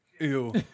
Ew